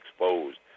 exposed